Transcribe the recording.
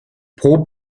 pro